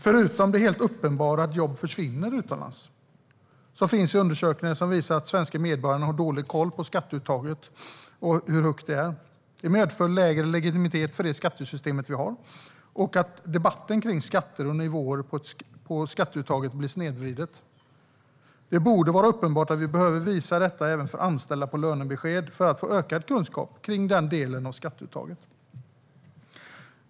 Förutom det helt uppenbara att jobb försvinner utomlands finns det undersökningar som visar att svenska medborgare har dålig koll på hur högt skatteuttaget är. Det medför lägre legitimitet för det skattesystem vi har och att debatten om skatter och nivåer på skatteuttaget blir snedvriden. Det borde vara uppenbart att vi behöver visa detta för anställda även på lönebesked för att få ökad kunskap kring den delen av skatteuttaget.